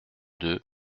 deux